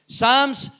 Psalms